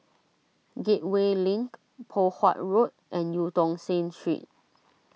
Gateway Link Poh Huat Road and Eu Tong Sen Street